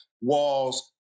walls